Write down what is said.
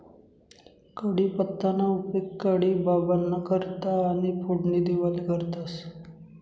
कढीपत्ताना उपेग कढी बाबांना करता आणि फोडणी देवाले करतंस